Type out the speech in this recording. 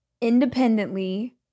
independently